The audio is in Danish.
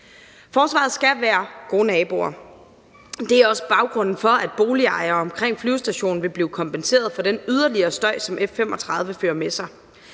Forsvaret skal være gode naboer. Det er også baggrunden for, at boligejere omkring flyvestationen vil blive kompenseret for den yderligere støj, som F 35 fører med sig.